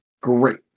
great